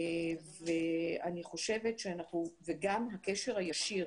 וגם הקשר הישיר